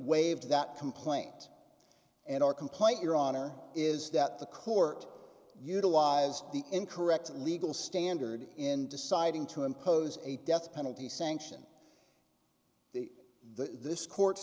waived that complaint and our complaint your honor is that the court utilized the incorrect legal standard in deciding to impose a death penalty sanction the this court